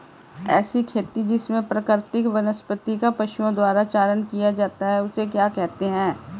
ऐसी खेती जिसमें प्राकृतिक वनस्पति का पशुओं द्वारा चारण किया जाता है उसे क्या कहते हैं?